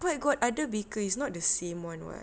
but got other baker is not the same [one] [what]